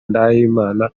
ndahimana